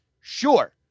Sure